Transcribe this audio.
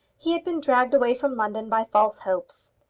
he had been dragged away from london by false hopes.